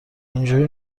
اینجوری